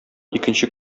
икенче